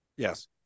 Yes